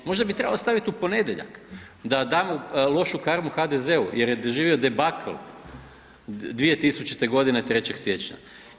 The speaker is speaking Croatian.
Možda bi trebalo staviti u ponedjeljak da damo lošu karmu HDZ-u jer je doživio debakl 2000. g. 3. siječnja.